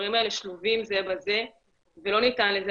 הדברים האלה שלובים זה בזה ולא ניתן לזה